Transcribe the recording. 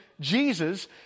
Jesus